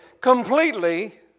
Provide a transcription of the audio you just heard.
completely